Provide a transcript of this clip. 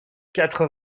quatre